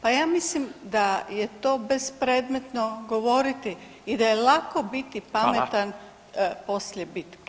Pa ja mislim da je to bespredmetno govoriti i da je lako biti pametan poslije bitke.